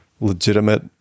legitimate